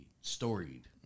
storied